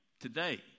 today